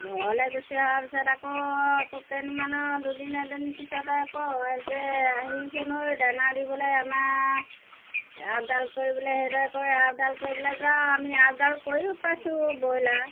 ঘৰলৈ গুচি অহা পিছত আকৌ কেইদিনমানৰ দুদিন এদিন পিছতে আকৌ কয় যে আহিবিচোন ঐ দানা দিবলৈ আমাৰ আপডাল কৰিবলৈ সেইদৰে কয় আপডাল কৰিবলৈ যাওঁ আমি আপডাল কৰিও পাইছোঁ বইলাৰ